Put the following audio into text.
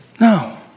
No